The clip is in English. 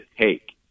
take